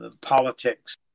politics